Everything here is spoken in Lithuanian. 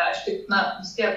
aš taip na vis tiek